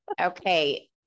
Okay